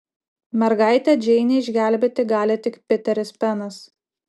mergaitę džeinę išgelbėti gali tik piteris penas